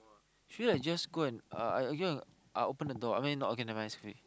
should we like just go and uh I go and I open the door okay never mind it's okay